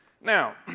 now